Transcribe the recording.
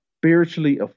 spiritually